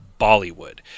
Bollywood